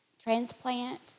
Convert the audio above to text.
transplant